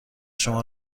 شما